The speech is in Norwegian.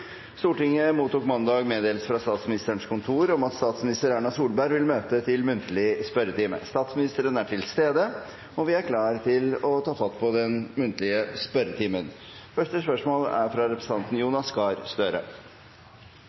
Stortinget mottok mandag meddelelse fra Statsministerens kontor om at statsminister Erna Solberg vil møte til muntlig spørretime. Statsministeren er til stede, og vi er klare til å starte den muntlige spørretimen. Vi starter med første hovedspørsmål, fra representanten Jonas Gahr Støre.